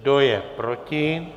Kdo je proti?